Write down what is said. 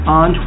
on